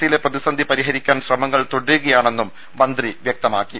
സിയിലെ പ്രതിസന്ധി പരിഹരിക്കാൻ ശ്രമങ്ങൾ തുടരുകയാണെന്നും മന്ത്രി വ്യക്തമാക്കി